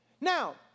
Now